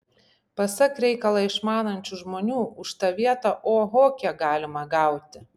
pasak reikalą išmanančių žmonių už tą vietą oho kiek galima gauti